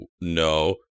no